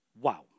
Wow